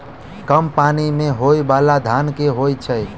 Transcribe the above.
कम पानि मे होइ बाला धान केँ होइ छैय?